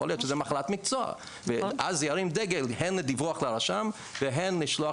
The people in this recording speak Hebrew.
יכול להיות שזה מחלת מקצוע ואז זה ירים דגל הן לדיווח לרשם והן לשלוח